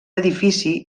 edifici